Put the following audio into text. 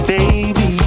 Baby